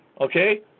okay